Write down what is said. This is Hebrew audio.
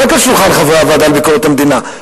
רק על שולחן חברי הוועדה לביקורת המדינה,